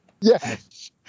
Yes